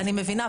אני מבינה.